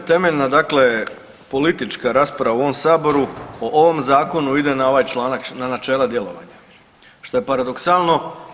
Pa temeljna dakle politička rasprava u ovom Saboru o ovom Zakonu ide na ovaj članak, na načela djelovanja, što je paradoksalno.